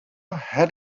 had